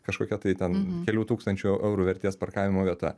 kažkokia tai ten kelių tūkstančių eurų vertės parkavimo vieta